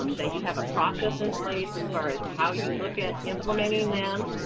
um that you have a process in place as far as how you look at implementing them,